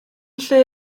lle